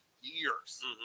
years